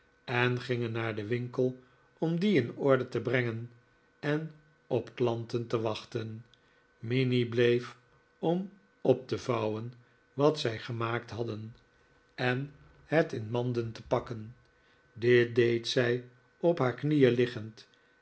en gingen naar den winkel om dien in orde te brengen en op klanten te wachten minnie bleef om op te vouwen wat zij gemaakt hadden en het in manden te pakken dit deed zij op haar knieen liggend